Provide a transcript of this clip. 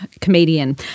comedian